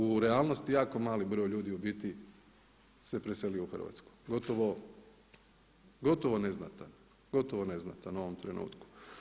U realnosti jako mali broj u biti se preselio u Hrvatsku, gotovo neznatan, gotovo neznatan u ovom trenutku.